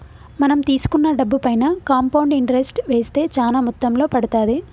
మనం తీసుకున్న డబ్బుపైన కాంపౌండ్ ఇంటరెస్ట్ వేస్తే చానా మొత్తంలో పడతాది